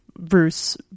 bruce